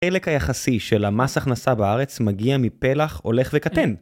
החלק היחסי של המס הכנסה בארץ מגיע מפלח, הולך וקטן.